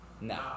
No